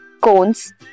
cones